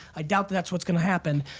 i doubt that that's what's gonna happen.